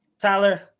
Tyler